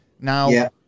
Now